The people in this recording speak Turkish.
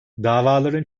davaların